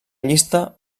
llista